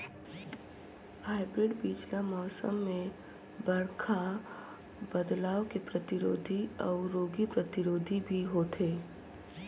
hybrid बीज ल मौसम में बड़खा बदलाव के प्रतिरोधी अऊ रोग प्रतिरोधी भी होथे